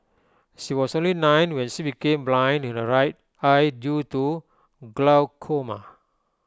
she was only nine when she became blind in her right eye due to glaucoma